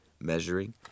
measuring